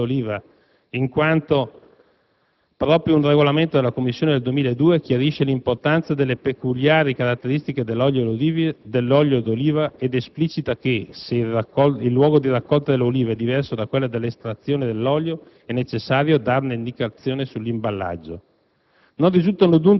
La situazione è ancora più inspiegabile per quanto riguarda la categoria dell'olio d'oliva, in quanto proprio un regolamento della Commissione europea del 2002 chiarisce l'importanza delle peculiari caratteristiche dell'olio d'oliva ed esplicita che, se il luogo di raccolta delle olive è diverso da quello di estrazione dell'olio,